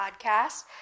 podcast